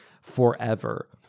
forever